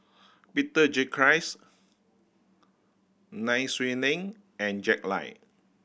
Peter Gilchrist Nai Swee Leng and Jack Lai